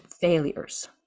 failures